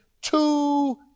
two